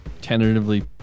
tentatively